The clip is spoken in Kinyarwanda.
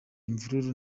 imvururu